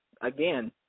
again